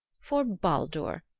for baldur,